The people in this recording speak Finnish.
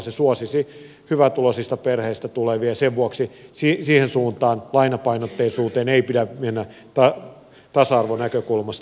se suosisi hyvätuloisista perheistä tulevia ja sen vuoksi siihen suuntaan lainapainotteisuuteen ei pidä mennä tasa arvonäkökulmasta